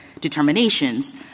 determinations